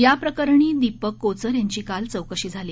या प्रकरणी दीपक कोचर यांची काल चौकशी झाली